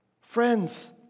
Friends